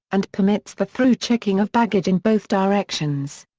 and permits the through-checking of baggage in both directions.